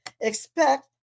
expect